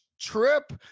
trip